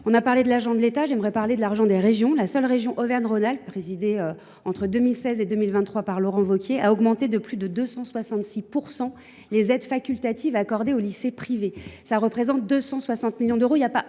évoqué l’argent de l’État, je parlerai de celui des régions. La seule région Auvergne Rhône Alpes, présidée entre 2016 et 2024 par Laurent Wauquiez, a augmenté de plus de 266 % les aides facultatives accordées aux lycées privés. Cela représente 260 millions d’euros